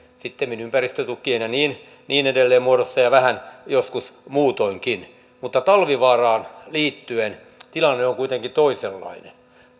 sittemmin ympäristötukien ja niin niin edelleen muodossa ja vähän joskus muutoinkin mutta talvivaaraan liittyen tilanne on kuitenkin toisenlainen